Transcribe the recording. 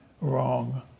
Wrong